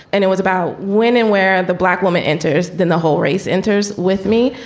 and it was about when and where the black woman enters. then the whole race enters with me.